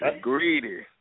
greedy